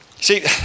See